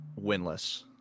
winless